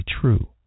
true